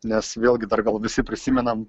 nes vėlgi dar gal visi prisimenam